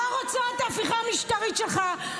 לא רוצה את ההפיכה המשטרית שלך.